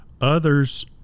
Others –